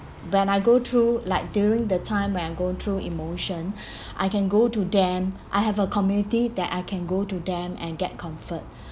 when I go through like during the time when I go through emotion I can go to them I have a community that I can go to them and get comfort